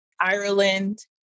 Ireland